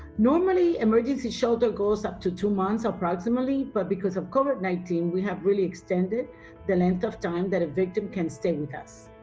normally, emergency shelter goes up to two months approximately, but because of covid nineteen, we have really extended the length of time that a victim can stay with us.